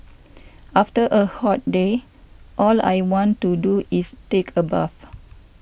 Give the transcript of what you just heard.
after a hot day all I want to do is take a bath